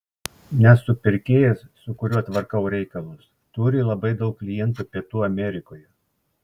nes supirkėjas su kuriuo tvarkau reikalus turi labai daug klientų pietų amerikoje